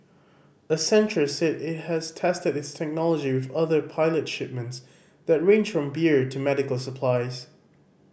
accenture said it has tested its technology with other pilot shipments that range from beer to medical supplies